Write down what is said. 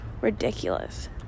Ridiculous